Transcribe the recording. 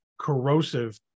corrosive